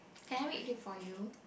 can I read before you